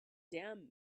damn